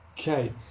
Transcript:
Okay